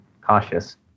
cautious